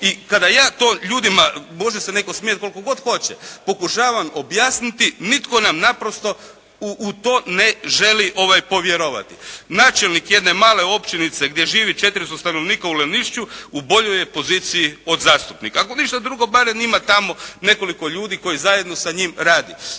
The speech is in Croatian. I kada ja to ljudima, može se netko smijati koliko god hoće, pokušavam objasniti nitko nam naprosto u to ne želi povjerovati. Načelnik jedne male općinice gdje živi 400 stanovnika u Lenišću u boljoj je poziciji od zastupnika. Ako ništa drugo barem ima tamo nekoliko ljudi koji zajedno sa njim radi.